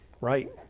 right